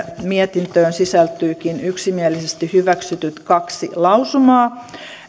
mietintöön sisältyvätkin yksimielisesti hyväksytyt kaksi lausumaa